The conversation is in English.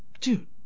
dude